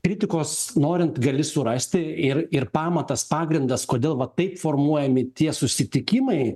kritikos norint gali surasti ir ir pamatas pagrindas kodėl va taip formuojami tie susitikimai